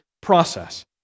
process